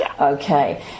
okay